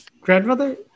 Grandmother